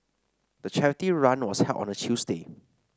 the charity run was held on a Tuesday